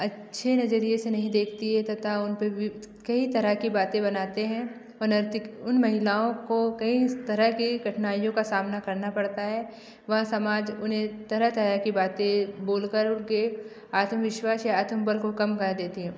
अच्छे नजरिए से नहीं देखती है तथा उनपे भी कई तरह कि बातें बनाते हैं उन महिलाओं को कई तरह के कठिनाइयों का सामना करना पड़ता है वह समाज उन्हें तरह तरह कि बातें बोलकर उनके आत्मविश्वास या आत्मबल को कम कर देती है